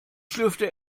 schlürfte